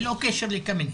ללא קשר לקמיניץ.